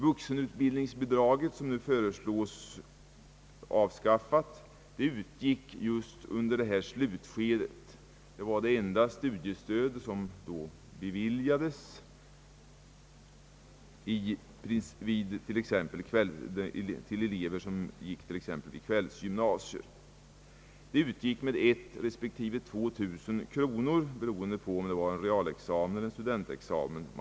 Vuxenutbildningsbidraget, som nu föreslås avskaffat, utgick just under detta slutskede. Det var det enda studiestöd som då beviljades t.ex. till elever som gick i kvällsgymnasiet. Det utgick med 1000 respektive 2 000 kronor beroende på om man siktade mot realexamen eller studentexamen.